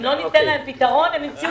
אם לא ניתן להן פתרון הם ימצאו את עצמן גם כן.